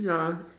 ya